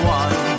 one